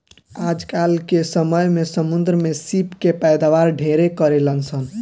आजकल के समय में समुंद्र में सीप के पैदावार ढेरे करेलसन